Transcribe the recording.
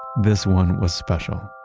this one was special,